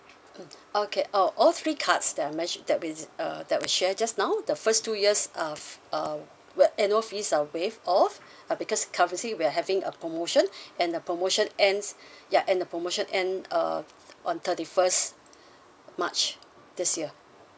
uh okay oh all three cards that I mentioned that we uh that we share just now the first two years of uh where annual fees are waived off uh because currently we're having a promotion and the promotion ends ya and the promotion end uh on thirty first march this year